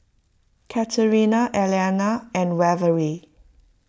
Katerina Elliana and Waverly